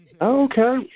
Okay